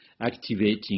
activating